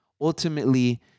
ultimately